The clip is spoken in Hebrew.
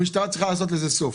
המשטרה צריכה לעשות לזה סוף.